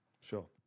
Sure